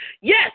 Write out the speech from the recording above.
Yes